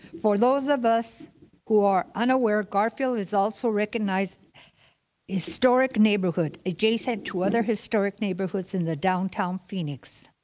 for those of us who are unaware, garfield is also recognized historic neighborhood, adjacent to other historic neighborhoods in the downtown phoenix.